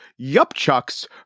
Yupchucks